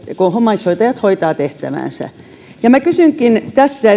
kun omaishoitajat hoitavat tehtäväänsä kysynkin tässä